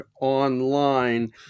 online